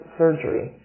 surgery